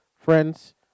Friends